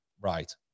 right